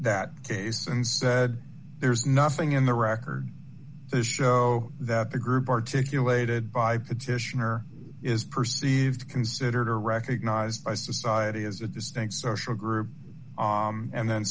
that case and said there's nothing in the record show that the group articulated by petitioner is perceived considered or recognized by society as a distinct social group and then